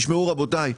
תשמעו רבותיי.